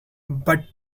but